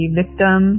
victim